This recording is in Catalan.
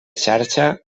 xarxa